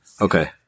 Okay